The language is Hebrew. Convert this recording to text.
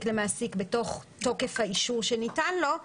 למעסיק בתוך תוקף האישור שניתן לו,